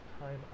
time